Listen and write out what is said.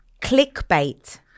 Clickbait